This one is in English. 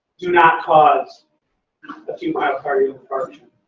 do not cause acute myocardial infarction.